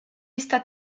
está